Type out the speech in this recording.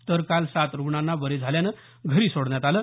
तर काल सात रुग्णांना बरे झाल्यानं घरी सोडण्यात आलं